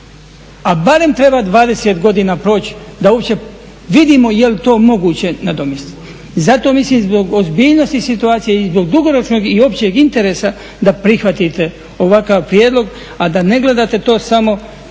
a barem treba 20 godina proći da uopće vidimo jel to moguće nadomjestiti. I zato mislim zbog ozbiljnosti situacije i zbog dugoročnog i općeg interesa da prihvatite ovakav prijedlog, a da ne gledate to samo